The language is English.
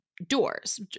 doors